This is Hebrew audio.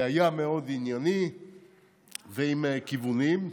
היה מאוד ענייני ועם כיוונים.